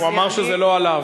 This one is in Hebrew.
הוא אמר שזה לא עליו.